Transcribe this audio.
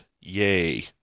yay